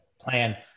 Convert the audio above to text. plan